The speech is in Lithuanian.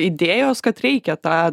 idėjos kad reikia tą